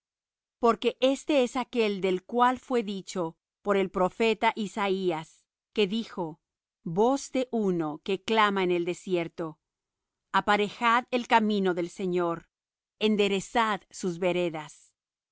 porque éste es aquel del cual fué dicho por el profeta isaías que dijo voz de uno que clama en el desierto aparejad el camino del señor enderezad sus veredas